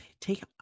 Take